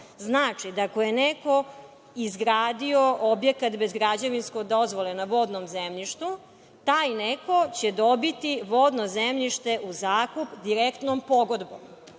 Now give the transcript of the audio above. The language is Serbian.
znači da ako je neko izgradio objekat bez građevinske dozvole na vodnom zemljištu, taj neko će dobiti vodno zemljište u zakup direktnom pogodbom.